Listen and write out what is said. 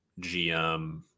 GM